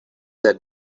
that